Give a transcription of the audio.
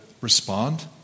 respond